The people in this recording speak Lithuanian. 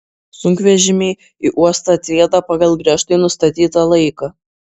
sunkvežimiai į uostą atrieda pagal griežtai nustatytą laiką